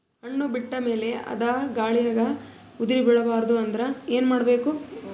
ಹಣ್ಣು ಬಿಟ್ಟ ಮೇಲೆ ಅದ ಗಾಳಿಗ ಉದರಿಬೀಳಬಾರದು ಅಂದ್ರ ಏನ ಮಾಡಬೇಕು?